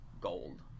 gold